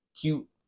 cute